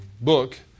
book